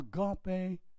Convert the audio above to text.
Agape